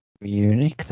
Munich